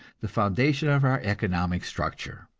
the foundation of our economic structure.